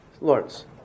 Lawrence